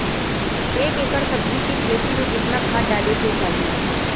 एक एकड़ सब्जी के खेती में कितना खाद डाले के चाही?